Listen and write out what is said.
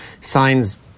Signs